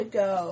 go